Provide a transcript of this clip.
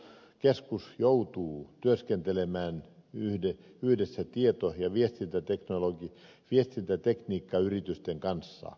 palvelukeskus joutuu työskentelemään yhdessä tieto ja viestintätekniikkayritysten kanssa